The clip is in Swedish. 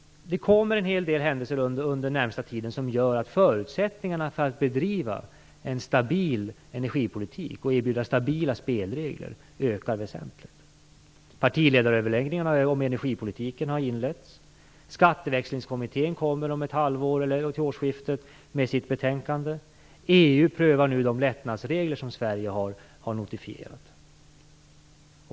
Det kommer att hända en hel del under den närmaste tiden, som gör att förutsättningarna att bedriva en stabil energipolitik och erbjuda stabila spelregler ökar väsentligt. Partiledaröverläggningarna om energipolitiken har inletts. Skatteväxlingskommittén kommer till årsskiftet med sitt betänkande. EU prövar nu de lättnadsregler som Sverige har notifierat.